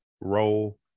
role